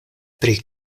pri